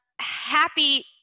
happy